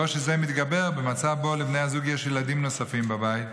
קושי זה מתגבר במצב שבו לבני הזוג יש ילדים נוספים בבית,